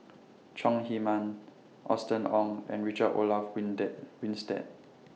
Chong Heman Austen Ong and Richard Olaf when Day Winstedt